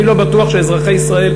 אני לא בטוח שאזרחי ישראל,